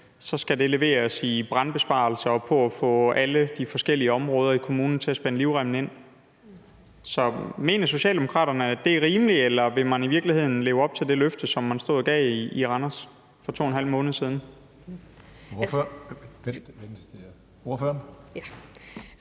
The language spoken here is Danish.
skal betales ved brandbesparelser og ved at få alle de forskellige områder i kommunen til at spænde livremmen ind. Så mener Socialdemokraterne, at det er rimeligt, eller vil man i virkeligheden leve op til det løfte, som man stod og gav i Randers for 2½ måned siden? Kl.